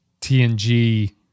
TNG